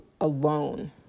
alone